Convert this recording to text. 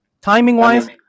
Timing-wise